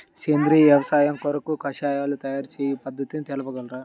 సేంద్రియ వ్యవసాయము కొరకు కషాయాల తయారు చేయు పద్ధతులు తెలుపగలరు?